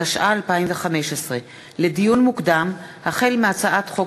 התשע"ה 2015. לדיון מוקדם: החל בהצעת חוק